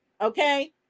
okay